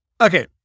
Okay